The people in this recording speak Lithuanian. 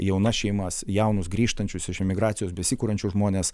jaunas šeimas jaunus grįžtančius iš emigracijos besikuriančius žmones